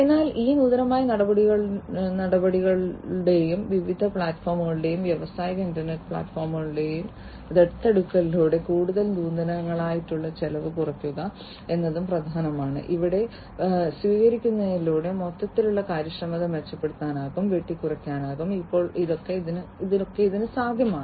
എന്നാൽ ഈ നൂതനമായ നടപടികളിലൂടെയും വിവിധ പ്ലാറ്റ്ഫോമുകളുടെയും വ്യാവസായിക ഇന്റർനെറ്റ് പ്ലാറ്റ്ഫോമുകളുടെയും ദത്തെടുക്കലിലൂടെ കൂടുതൽ നൂതനതകൾ ചെലവ് കുറയ്ക്കുക എന്നതും പ്രധാനമാണ് ഇവയെല്ലാം സ്വീകരിക്കുന്നതിലൂടെ മൊത്തത്തിലുള്ള കാര്യക്ഷമത മെച്ചപ്പെടുത്താനും വെട്ടിക്കുറയ്ക്കാനും ഇപ്പോൾ സാധ്യമാണ്